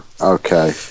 Okay